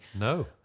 No